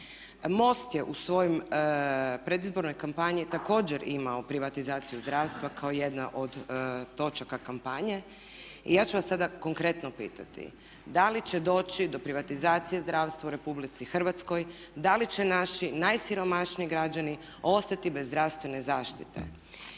MOST je u svojoj predizbornoj kampanji također imao privatizaciju zdravstva kao jednu od točaka kampanje i ja ću vas sada konkretno pitati da li će doći do privatizacije zdravstva u Republici Hrvatskoj? Da li će naši najsiromašniji građani ostati bez zdravstvene zaštite?